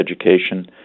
education